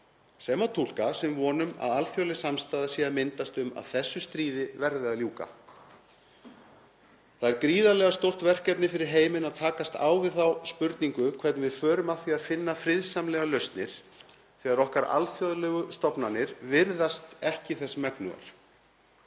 sem má túlka sem von um að alþjóðleg samstaða sé að myndast um að þessu stríði verði að ljúka. Það er gríðarlega stórt verkefni fyrir heiminn að takast á við þá spurningu hvernig við förum að því að finna friðsamlegar lausnir þegar okkar alþjóðlegu stofnanir virðast þess ekki megnugar.